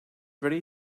ready